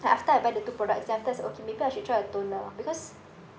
then after I buy the two products then after it's okay maybe I should try a toner because